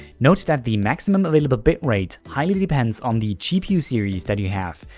note that the maximum available bitrate highly depends on the gpu series that you have.